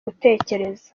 gutekereza